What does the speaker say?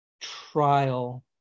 trial